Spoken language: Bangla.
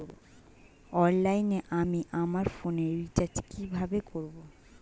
অনলাইনে আমি আমার ফোনে রিচার্জ কিভাবে করব?